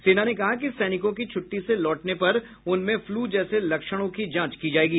सेना ने कहा कि सैनिकों की छुट्टी से लौटने पर उनमें फ्लू जैसे लक्षणों की जांच की जाएगी